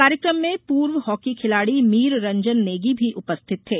कार्यक्रम में पूर्व हॉकी खिलाड़ी मीर रंजन नेगी भी उपस्थित थे